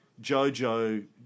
Jojo